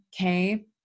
Okay